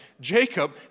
Jacob